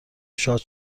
شاد